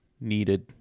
needed